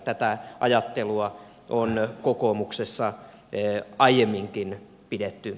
tätä ajattelua on kokoomuksessa aiemminkin pidetty esillä